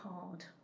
hard